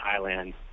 Thailand